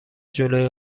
جلوی